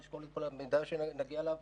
נשקול את כל המידע שנגיע אליו,